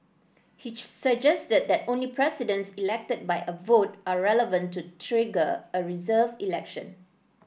he suggested that only presidents elected by a vote are relevant to trigger a reserved election